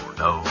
no